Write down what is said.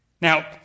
Now